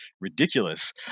ridiculous